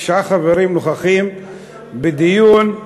תשעה חברים נוכחים בדיון,